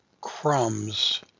crumbs